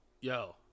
yo